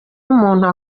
umuntu